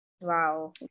wow